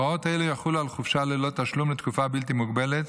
הוראות אלו יחולו על חופשה ללא תשלום לתקופה בלתי מוגבלת,